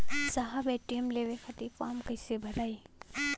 साहब ए.टी.एम लेवे खतीं फॉर्म कइसे भराई?